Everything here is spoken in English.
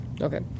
Okay